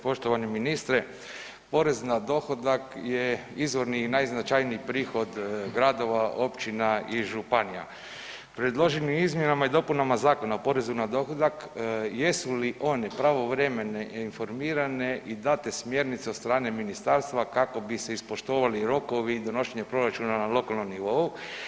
Poštovani ministre, porez na dohodak je izvorni i najznačajniji prihod gradova, općina i županija, predloženim izmjenama i dopunama Zakona o porezu na dohodak jesu li oni pravovremene informirane i date smjernice od strane ministarstva kako bi se ispoštovali rokovi i donošenje proračuna na lokalnom nivou?